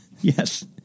Yes